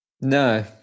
no